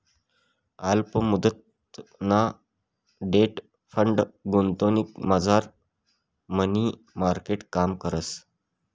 अल्प मुदतना debt fund गुंतवणुकमझार मनी मार्केट काम करस